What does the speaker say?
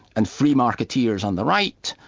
and free marketeers on the right,